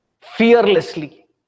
fearlessly